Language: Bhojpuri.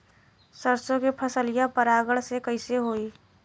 सरसो के फसलिया परागण से कईसे होई?